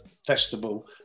festival